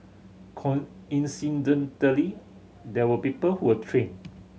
coincidentally there were people who were trained